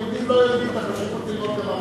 היהודים לא יודעים את החשיבות של לימוד ערבית.